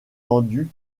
tendues